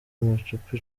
amacupa